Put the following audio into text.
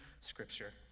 scripture